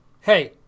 Hey